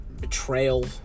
betrayal